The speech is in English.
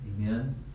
amen